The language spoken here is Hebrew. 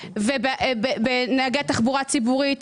נהגי התחבורה הציבורית,